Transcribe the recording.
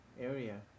area